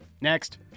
next